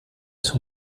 sus